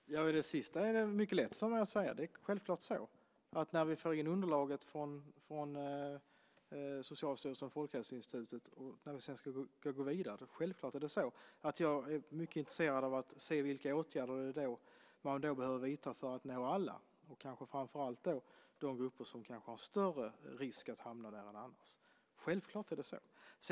Herr talman! Det sista är mycket lätt för mig att säga. Det är självklart så att när vi får in underlaget från Socialstyrelsen och Folkhälsoinstitutet och sedan ska gå vidare är jag mycket intresserad av att se vilka åtgärder man då behöver vidta för att nå alla, kanske framför allt de grupper som har större risk att hamna där än andra. Självklart är det så.